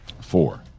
four